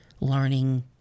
learning